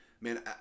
Man